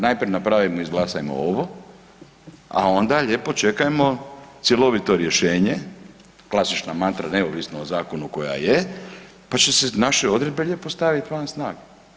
Najprije napravimo, izglasajmo ovo, a onda lijepo čekajmo cjelovito rješenje, klasična mantra neovisno o zakonu koji je pa će se naše odredbe lijepo staviti van snage.